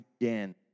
again